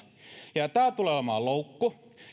tämä tulee olemaan loukku